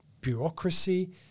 bureaucracy